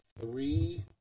three